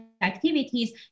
activities